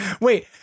Wait